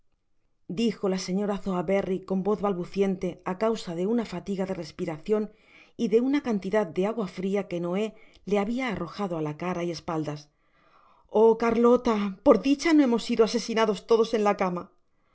dijo la señora sowerberry con voz balbuciente á causa de una fatiga de respiracion y de una cantidad de agua fria que noé le habia arrojado á la cara y espaldas oh carlota por dicha no hemos sido asesinados todos en la cama